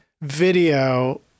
video